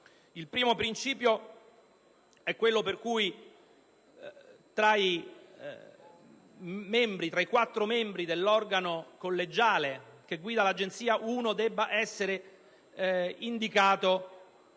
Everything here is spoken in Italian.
il primo è quello per cui tra i quattro membri dell'organo collegiale che guida l'Agenzia, uno debba essere indicato